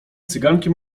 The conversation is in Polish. cyganki